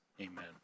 Amen